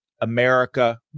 America